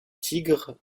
tigres